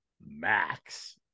Max